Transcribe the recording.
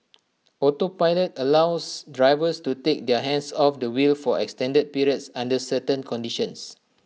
autopilot allows drivers to take their hands off the wheel for extended periods under certain conditions